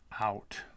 out